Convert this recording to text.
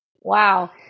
Wow